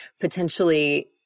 potentially